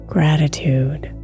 Gratitude